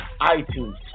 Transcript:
iTunes